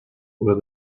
were